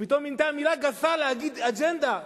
פתאום זה נהיה מלה גסה להגיד "אג'נדה".